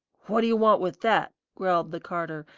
what do you want with that? growled the carter,